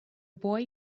boy